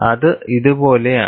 അത് ഇതുപോലെയാണ്